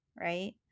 Right